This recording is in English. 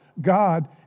God